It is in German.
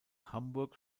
hamburg